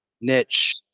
niche